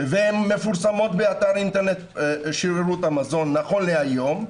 והן מפורסמות באתר אינטרנט שירות המזון נכון להיום,